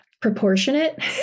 Proportionate